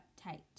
tight